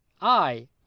I